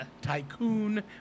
Tycoon